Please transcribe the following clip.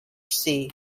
sea